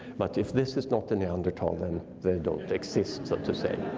but if this is not a neanderthal then they don't exist, so to say.